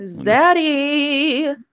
Daddy